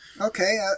Okay